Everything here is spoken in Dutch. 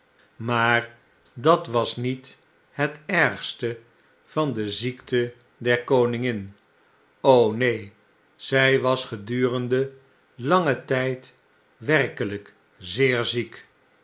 maar dat was niet het ergste vandeziekte der koningin o neen zij was gedurende langen tyd werkelyk zeer ziek